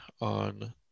on